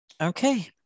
Okay